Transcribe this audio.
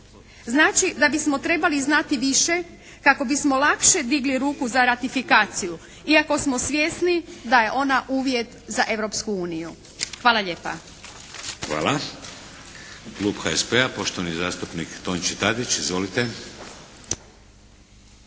Znači da bismo trebali znati više kako bismo lakše digli ruku za ratifikaciju iako smo svjesni da je ona uvjet za Europsku uniju. Hvala lijepa. **Šeks, Vladimir (HDZ)** Hvala. Klub HSP-a poštovani zastupnik Tonči Tadić. Izvolite.